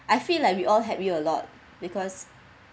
I feel like we all help you a lot because